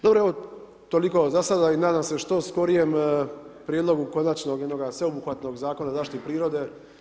Dobro evo toliko za sada i nadam se što skorijem prijedlogu konačnog jednoga sveobuhvatnog Zakona o zaštiti prirode.